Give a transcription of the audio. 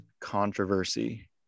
controversy